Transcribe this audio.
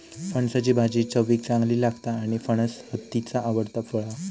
फणसाची भाजी चवीक चांगली लागता आणि फणस हत्तीचा आवडता फळ हा